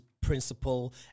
principle